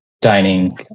dining